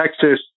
Texas